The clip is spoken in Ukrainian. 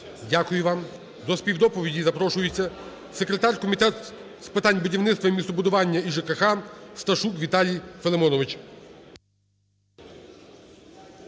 Дякую вам. До співдоповіді запрошується секретар Комітету з питань будівництва, містобудування і ЖКГ Сташук Віталій Филимонович.